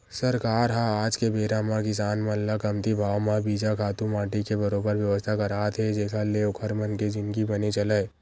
सरकार ह आज के बेरा म किसान मन ल कमती भाव म बीजा, खातू माटी के बरोबर बेवस्था करात हे जेखर ले ओखर मन के जिनगी बने चलय